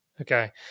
Okay